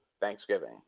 Thanksgiving